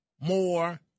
more